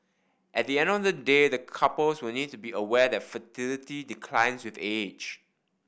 at the end of the day the couples will need to be aware that fertility declines with age